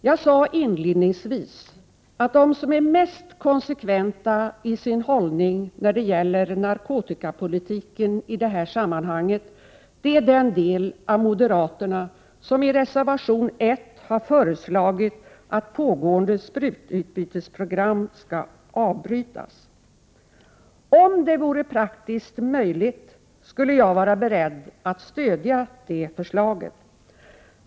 Jag sade inledningsvis att de som är mest konsekventa i sin hållning när det gäller narkotikapolitiken är den del av moderaterna som i reservation 1 föreslagit att pågående sprututbytesprogram skall avbrytas. Om det vore praktiskt möjligt skulle jag vara beredd att stödja det förslaget.